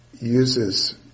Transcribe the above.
uses